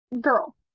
girl